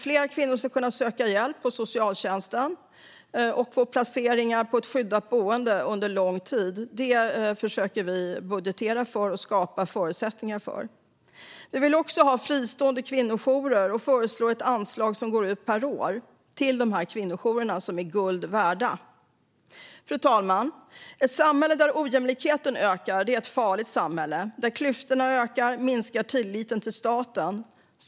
Fler kvinnor ska kunna söka hjälp hos socialtjänsten och få placeringar på ett skyddat boende under lång tid. Det försöker vi budgetera för och skapa förutsättningar för. Vi vill också ha fristående kvinnojourer, och vi föreslår ett anslag som utgår per år till kvinnojourerna - som är guld värda. Fru talman! Ett samhälle där ojämlikheten ökar är ett farligt samhälle. Där klyftorna ökar minskar tilliten till staten.